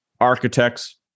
architects